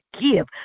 give